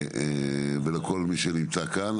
ולכל מי שנמצא כאן.